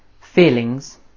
feelings